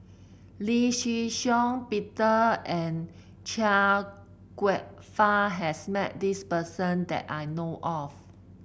Lee Shih Shiong Peter and Chia Kwek Fah has met this person that I know of